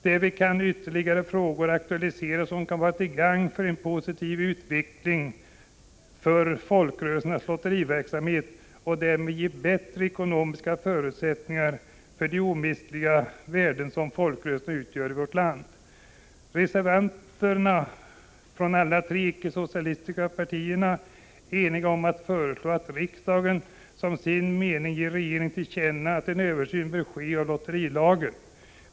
Därvid kan ytterligare frågor aktualiseras som gagnar en positiv utveckling av folkrörelsernas lotteriverksamhet, så att det skapas bättre ekonomiska förutsättningar för skyddet av de omistliga värden som folkrörelserna i vårt land utgör. Vi reservanter från alla de tre icke-socialistiska partierna är eniga om att föreslå att riksdagen som sin mening ger regeringen till känna att en översyn av lotterilagen bör ske.